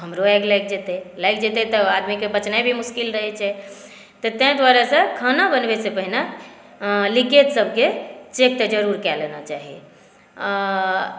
हमरो आगि लागि जेतै लागि जेतै तऽ आदमीकेॅं बचनाइ भी मुश्किल रहै छै तऽ तैं दुआरेसॅं खाना बनबैसॅं पहिने लीकेजसभके चेक तऽ ज़रूर कए लेना चाही